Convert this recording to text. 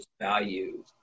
value